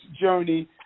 journey